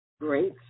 Great